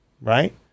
right